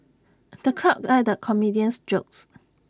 the crowd guffawed at the comedian's jokes